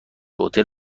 هتل